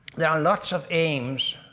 there are lots of aims,